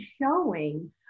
showing